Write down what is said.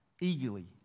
eagerly